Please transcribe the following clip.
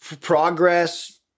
progress